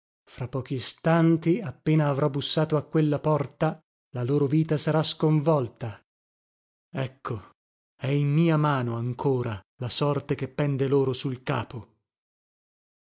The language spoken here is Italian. fra pochi istanti appena avrò bussato a quella porta la loro vita sarà sconvolta ecco è in mia mano ancora la sorte che pende loro sul capo